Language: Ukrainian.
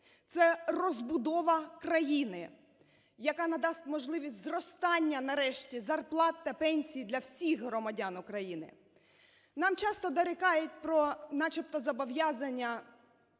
це розбудова країна, яка надасть можливість зростання нарешті зарплат та пенсій для всіх громадян України. Нам часто дорікають про начебто зобов'язання